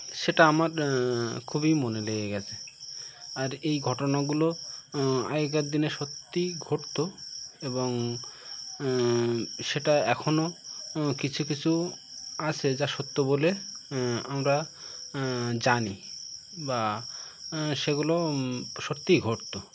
সেটা আমার খুবই মনে লেগে গেছে আর এই ঘটনাগুলো আগেকার দিনে সত্যিই ঘটত এবং সেটা এখনও কিছু কিছু আছেে যা সত্য বলে আমরা জানি বা সেগুলো সত্যিই ঘটত